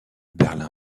berlin